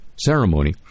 ceremony